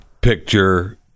picture